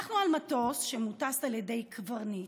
אנחנו על מטוס שמוטס על ידי קברניט,